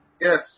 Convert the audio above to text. Yes